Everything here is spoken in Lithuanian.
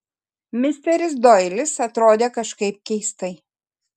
misteris doilis atrodė kažkaip keistai